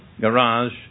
garage